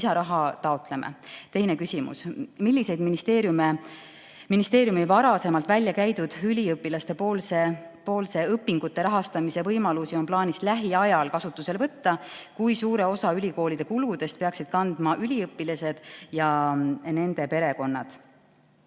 Teine küsimus: "Milliseid ministeeriumi varasemalt välja käidud üliõpilastepoolse õpingute rahastamise võimalusi on plaanis lähiajal kasutusele võtta? Kui suure osa ülikoolide kuludest peaksid kandma üliõpilased ja nende perekonnad?"